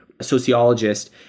sociologist